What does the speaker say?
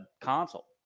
console